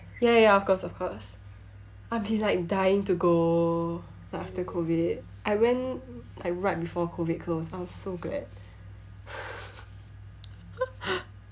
ya ya ya of course of course I've been like dying to go like after COVID I went like right before COVID closed I was so glad